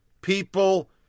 people